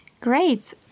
Great